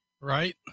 Right